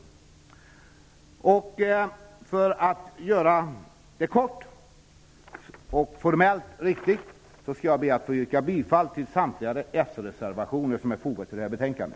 För att göra det kort och formellt riktigt skall jag be att få yrka bifall till samtliga sreservationer som är fogade till detta betänkande.